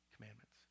commandments